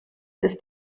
ist